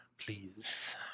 please